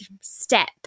step